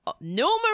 numerous